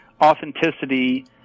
authenticity